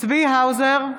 צבי האוזר,